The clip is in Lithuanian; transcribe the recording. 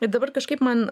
ir dabar kažkaip man